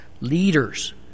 leaders